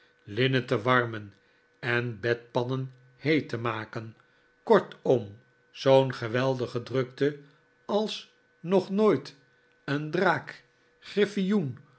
linnen te warmen en bedpannen heet te maken kortom zoo'n geweldige drukte als nog nooit een draak griffioen